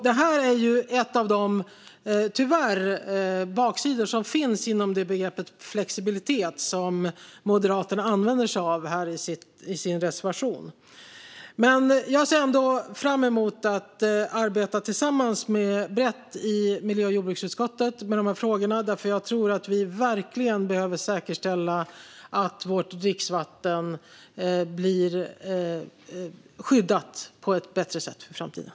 Detta är tyvärr en av de baksidor som finns inom begreppet flexibilitet, som Moderaterna använder sig av i sin reservation. Jag ser ändå fram emot att arbeta tillsammans brett i miljö och jordbruksutskottet med de här frågorna, för jag tror att vi verkligen behöver säkerställa att vårt dricksvatten blir skyddat på ett bättre sätt i framtiden.